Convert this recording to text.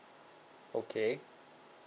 okay